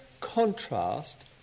contrast